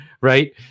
Right